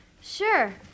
Sure